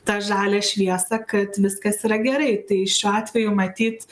tą žalią šviesą kad viskas yra gerai tai šiuo atveju matyt